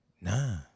Nah